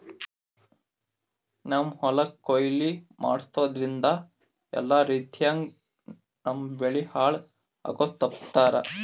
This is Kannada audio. ನಮ್ಮ್ ಹೊಲಕ್ ಕೊಯ್ಲಿ ಮಾಡಸೂದ್ದ್ರಿಂದ ಎಲ್ಲಾ ರೀತಿಯಂಗ್ ನಮ್ ಬೆಳಿ ಹಾಳ್ ಆಗದು ತಪ್ಪಸ್ತಾರ್